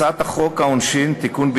הצעת חוק העונשין (תיקון,